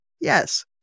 Yes